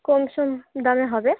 কমসম দামে হবে